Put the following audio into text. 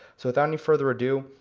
so without any further ado,